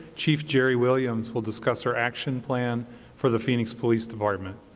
chief jeri williams will discuss her action plan for the phoenix police department.